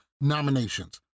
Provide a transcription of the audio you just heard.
nominations